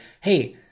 hey